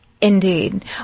Indeed